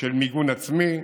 של מיגון עצמי: